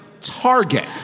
Target